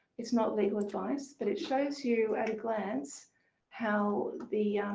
it's not legal advice but it shows you at a glance how the,